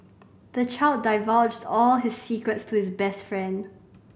the child divulged all his secrets to his best friend